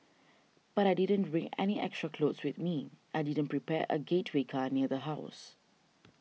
but I didn't bring any extra clothes with me I didn't prepare a getaway car near the house